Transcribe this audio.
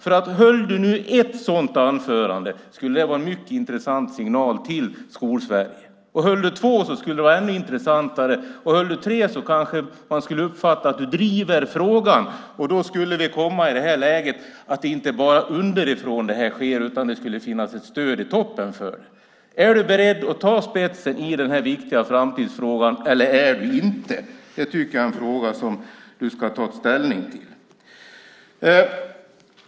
Om du skulle hålla ett sådant anförande skulle det vara en intressant signal till Skol-Sverige. Om du skulle hålla två sådana skulle det vara ännu mer intressant, och om du skulle hålla tre kanske man skulle uppfatta att du driver frågan. Då skulle vi komma i läget att det sker något inte bara underifrån utan att det också skulle finnas ett stöd i toppen. Är du beredd att gå i spetsen för den här viktiga framtidsfrågan eller inte? Det är en fråga du ska ta ställning till.